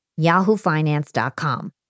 yahoofinance.com